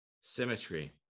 Symmetry